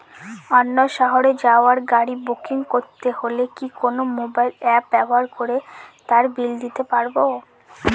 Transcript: অন্য শহরে যাওয়ার গাড়ী বুকিং করতে হলে কি কোনো মোবাইল অ্যাপ ব্যবহার করে তার বিল দিতে পারব?